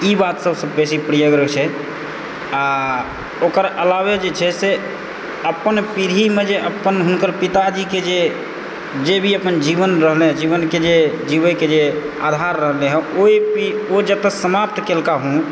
ई बात सभसँ बेसी प्रियगर छै आ ओकर अलावे जे छै से अपन पीढ़ीमे जे अपन हुनकर पिताजीके जे भी अपन जीवन रहलनि जीवनके जे जीवैके जे आधार रहलै हेँ ओहि पी ओ जतय समाप्त केलकै हेँ